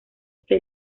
que